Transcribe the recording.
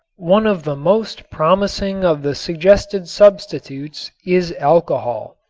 one of the most promising of the suggested substitutes is alcohol.